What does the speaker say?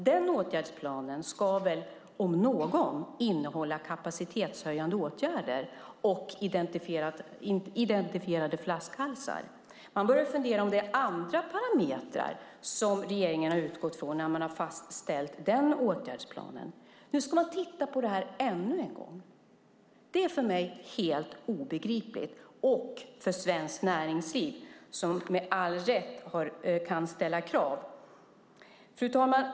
Den åtgärdsplanen ska väl om någon innehålla kapacitetshöjande åtgärder och identifierade flaskhalsar. Man börjar fundera om det är andra parametrar som regeringen har utgått ifrån när man har fastställt den åtgärdsplanen. Nu ska man titta på det här ännu en gång. Det är för mig helt obegripligt och för svenskt näringsliv som med all rätt kan ställa krav. Fru talman!